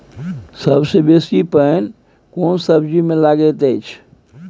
सबसे बेसी पानी केना सब्जी मे लागैत अछि?